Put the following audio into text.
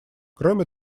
кроме